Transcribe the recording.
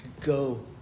go